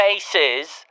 faces